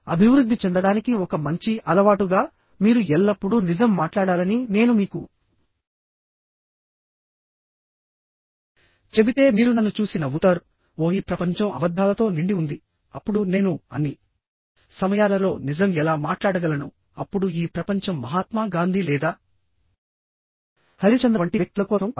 అభివృద్ధి చెందడానికి ఒక మంచి అలవాటుగామీరు ఎల్లప్పుడూ నిజం మాట్లాడాలని నేను మీకు చెబితే మీరు నన్ను చూసి నవ్వుతారు ఓహ్ ఈ ప్రపంచం అబద్ధాలతో నిండి ఉందిఅప్పుడు నేను అన్ని సమయాలలో నిజం ఎలా మాట్లాడగలనుఅప్పుడు ఈ ప్రపంచం మహాత్మా గాంధీ లేదా హరిశ్చంద్ర వంటి వ్యక్తుల కోసం కాదు